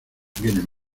vienen